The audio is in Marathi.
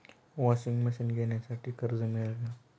वॉशिंग मशीन घेण्यासाठी कर्ज मिळेल का?